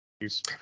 use